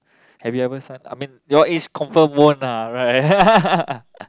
have you ever sign I mean your age confirm won't ah right